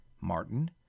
Martin